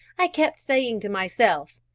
i kept saying to myself,